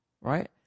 right